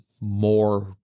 more